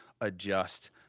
adjust